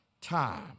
time